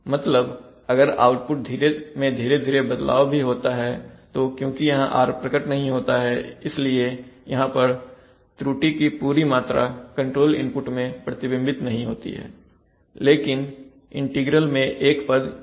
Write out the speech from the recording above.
मतलब अगर आउटपुट में धीरे धीरे बदलाव भी होता है तो क्योंकि यहां r प्रकट नहीं होता है इसलिए यहां पर त्रुटि की पूरी मात्रा कंट्रोल इनपुट में प्रतिबिंबित नहीं होती है लेकिन इंटीग्रल भाग में एक e पद है